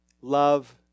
love